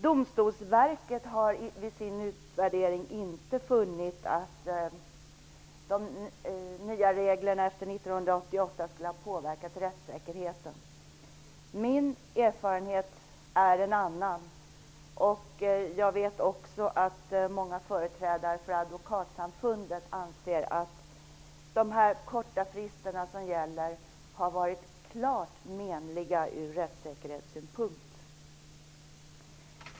Domstolsverket har vid sin utvärdering inte funnit att de nya reglerna efter 1988 skulle ha påverkat rättssäkerheten. Min erfarenhet är en annan. Jag vet också att många företrädare för Advokatsamfundet anser att de korta tidsfrister som gäller har varit klart menliga ur rättssäkerhetssynpunkt.